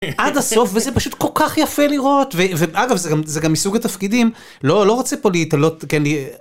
עד הסוף וזה פשוט כל כך יפה לראות וזה גם מסוג התפקידים לא לא רוצה פה להיתלות.